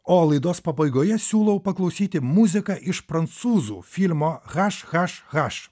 o laidos pabaigoje siūlau paklausyti muziką iš prancūzų filmo haš haš haš